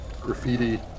graffiti